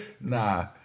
Nah